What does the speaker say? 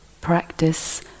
practice